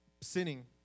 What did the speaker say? sinning